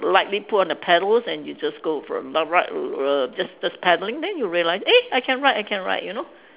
lightly put on the paddles and you just go from the just just paddling then you realise eh I can ride I can ride you know